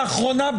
לאחרונה,